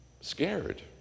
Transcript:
Scared